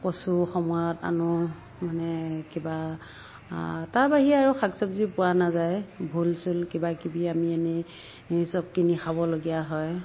কচু সময়ত আনো মানে কিবা তাৰ বাহিৰে আৰু শাক চবজি পোৱা নাযায় ভোল চোল কিবাকিবি আমি আনি চব কিনি খাবলগীয়া হয়